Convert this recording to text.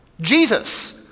Jesus